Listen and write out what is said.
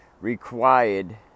required